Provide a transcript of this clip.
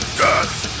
death